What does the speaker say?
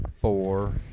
Four